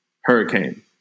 Hurricane